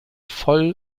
voll